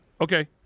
Okay